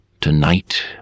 Tonight